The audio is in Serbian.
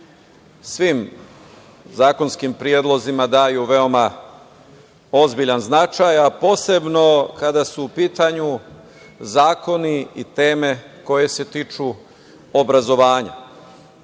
svim zakonskim predlozima daju veoma ozbiljan značaj, posebno kada su u pitanju zakoni i teme koje se tiču obrazovanja.